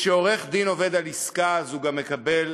וכשעורך-דין עובד על עסקה הוא גם מקבל